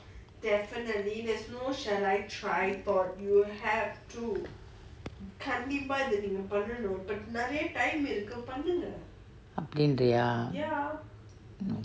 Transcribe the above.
அப்டிங்கறியா:apdingariyaa mm